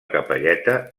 capelleta